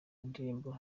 ndirimbo